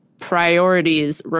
priorities